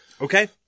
Okay